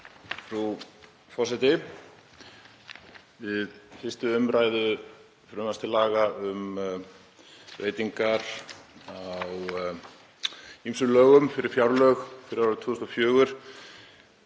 Frú forseti. Við 1. umræðu frumvarps til laga um breytingar á ýmsum lögum fyrir fjárlög fyrir árið 2004